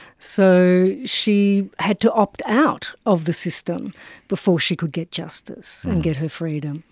so she had to opt out of the system before she could get justice and get her freedom.